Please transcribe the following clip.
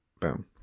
boom